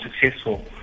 successful